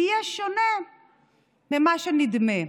יהיה שונה ממה שנדמה,